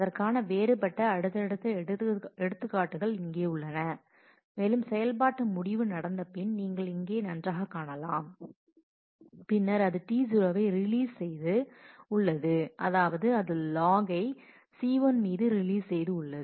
அதற்கான வேறுபட்ட அடுத்தடுத்த எடுத்துக்காட்டுகள் இங்கே உள்ளன மேலும் செயல்பாட்டு முடிவு நடந்தபின் நீங்கள் இங்கே நன்றாகக் காணலாம் பின்னர் அது T0 ஐ ரிலீஸ் செய்து உள்ளது அதாவது அது லாக்கை C1 மீது ரிலீஸ் செய்து உள்ளது